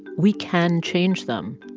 we can change them.